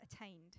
attained